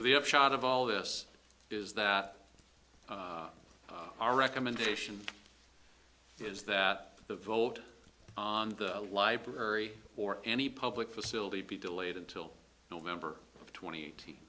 the upshot of all this is that our recommendation is that the vote on the library or any public facility be delayed until november twenty eight